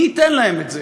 מי ייתן להם את זה?